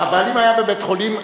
הבעלים היה בבית-חולים.